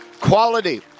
Quality